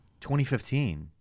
2015